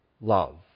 love